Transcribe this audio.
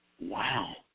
Wow